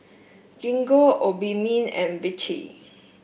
Gingko Obimin and Vichy